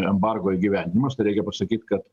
embargo įgyvendinimas tai reikia pasakyt kad